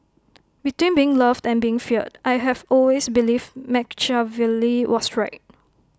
between being loved and being feared I have always believed Machiavelli was right